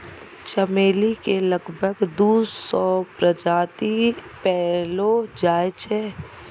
चमेली के लगभग दू सौ प्रजाति पैएलो जाय छै